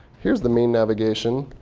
here's the main navigation.